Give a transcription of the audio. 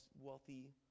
wealthy